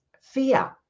fear